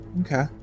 okay